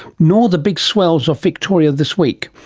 nor the big swells off victoria this week,